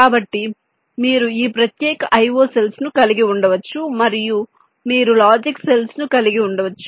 కాబట్టి మీరు ఈ ప్రత్యేక IO సెల్స్ ను కలిగి ఉండవచ్చు మరియు మీరు లాజిక్ సెల్స్ ను కలిగి ఉండవచ్చు